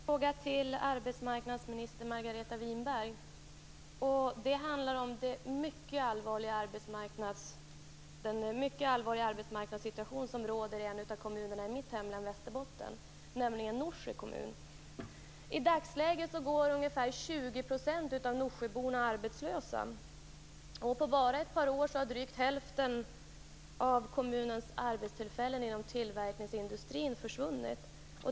Herr talman! Jag har en fråga till arbetsmarknadsminister Margareta Winberg. Det handlar om den mycket allvarliga arbetsmarknadssituation som råder i en av kommunerna i mitt hemlän Västerbotten, nämligen Norsjö kommun. I dagsläget går 20 % av norsjöborna arbetslösa. På bara ett par år har drygt hälften av kommunens arbetstillfällen inom tillverkningsindustrin försvunnit.